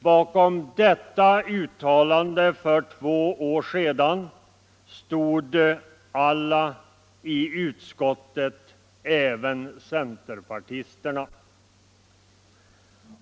Bakom detta uttalande för två år sedan stod alla i utskottet — även centerpartisterna.